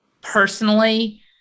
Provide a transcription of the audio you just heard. personally